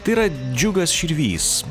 tai yra džiugas širvys